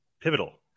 pivotal